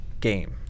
game